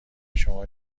شما